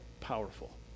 powerful